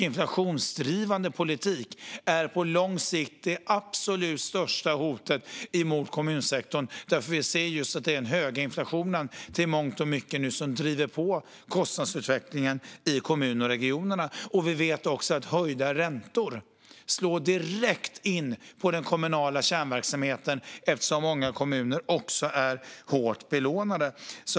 Inflationsdrivande politik är på lång sikt det absolut största hotet mot kommunsektorn, för vi ser att det i mångt och mycket är just den höga inflationen som driver på kostnadsutvecklingen i kommunerna och regionerna. Vi vet också att höjda räntor slår direkt mot den kommunala kärnverksamheten eftersom många kommuner är hårt belånade.